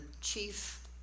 chief